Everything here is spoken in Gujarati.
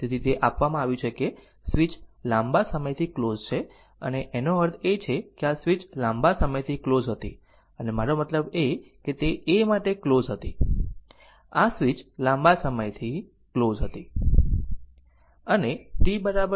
તેથી તે આપવામાં આવ્યું છે કે સ્વીચ લાંબા સમયથી ક્લોઝ છે અને આનો અર્થ છે કે આ સ્વીચ લાંબા સમયથી ક્લોઝ હતી અને મારો મતલબ કે તે a માટે ક્લોઝ હતી આ સ્વીચ લાંબા સમયથી ક્લોઝ હતી